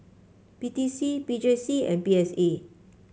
P T C P J C and P S A